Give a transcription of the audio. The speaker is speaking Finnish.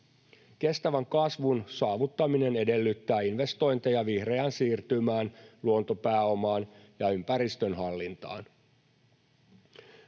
Kestävän kasvun saavuttaminen edellyttää investointeja vihreään siirtymään, luontopääomaan ja ympäristönhallintaan.